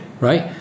Right